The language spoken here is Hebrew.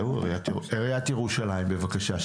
עיריית ירושלים, בבקשה.